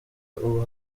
ubu